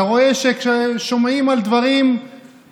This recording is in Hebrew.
אתה רואה כשהן שומעות על דברים מזעזעים,